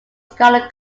scalar